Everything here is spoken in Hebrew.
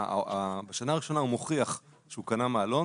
בשנה הראשונה הוא מוכיח שהוא קנה מעלון,